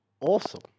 Awesome